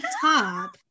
top